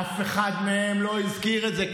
אף אחד מהם לא הזכיר את זה.